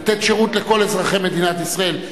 לתת שירות לכל אזרחי מדינת ישראל?